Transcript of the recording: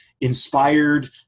inspired